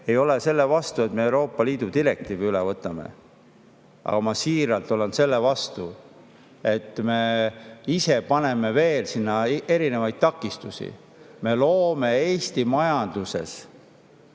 ei ole selle vastu, et me Euroopa Liidu direktiivi üle võtame. Aga ma siiralt olen vastu sellele, et me ise paneme veel sinna erinevaid takistusi. Me loome Eesti majanduses